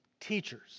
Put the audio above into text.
teachers